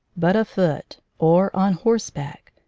but afoot or on horseback,